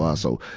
ah so,